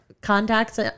contacts